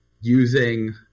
using